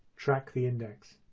track the index.